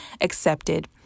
accepted